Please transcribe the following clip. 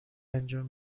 انجام